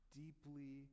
deeply